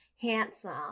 handsome